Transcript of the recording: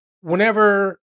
whenever